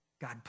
God